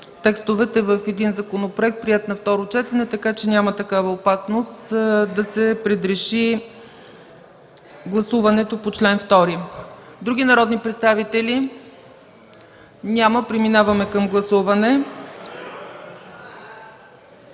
текстовете в един законопроект, приет на второ четене, така че няма такава опасност да се предреши гласуването по чл. 2. Други народни представители? Няма. Преминаваме към гласуване...